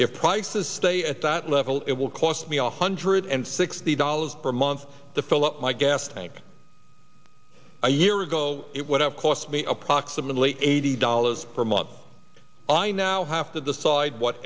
if prices stay at that level it will cost me a hundred and sixty dollars per month to fill up my gas tank a year ago it would have cost me approximately eighty dollars per month i now have to decide what